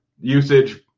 usage